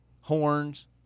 horns